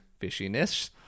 fishiness